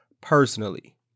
personally